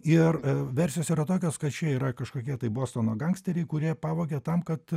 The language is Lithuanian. ir versijos yra tokios kad čia yra kažkokie tai bostono gangsteriai kurie pavogė tam kad